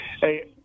Hey